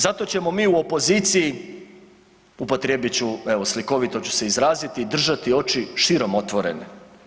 Zato ćemo mi u opoziciji, upotrijebit ću, evo slikovito ću se izraziti, držati oči širom otvorene.